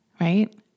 right